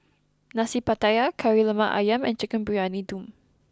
Nasi Pattaya Kari Lemak Ayam and Chicken Briyani Dum